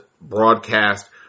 broadcast